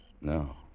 No